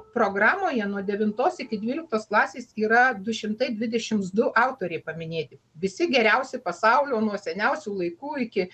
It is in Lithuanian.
programoje nuo devintos iki dvyliktos klasės yra du šimtai dvidešims du autoriai paminėti visi geriausi pasaulio nuo seniausių laikų iki